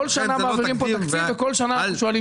בכל שנה מעבירים פה תקציב ובכל שנה אנחנו שואלים שאלות.